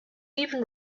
even